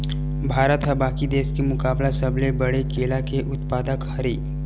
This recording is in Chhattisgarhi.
भारत हा बाकि देस के मुकाबला सबले बड़े केला के उत्पादक हरे